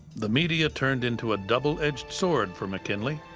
the media turned into a double-edged sword for mckinley,